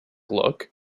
look